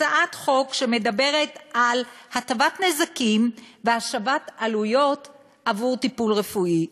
הצעת חוק שמדברת על הטבת נזקים והשבת עלויות עבור טיפול רפואי.